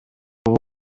ubu